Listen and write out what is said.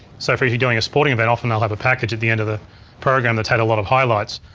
so if you're doing sporting event, often they'll have a package at the end of the program that's had a lot of highlights.